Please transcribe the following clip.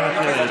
מוותר,